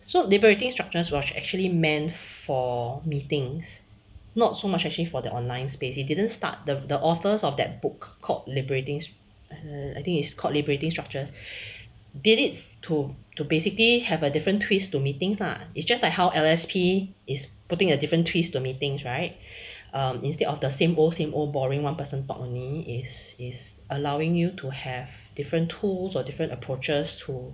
so liberating structures was actually meant for meetings not so much actually for the online space he didn't start the the authors of that book called liberating err I think it's called liberating structures did it to to basically have a different twist to meeting lah it's just like how L_S_P is putting a different twist to meetings right instead of the same old same old boring one person talk only is is allowing you to have different tools or different approaches to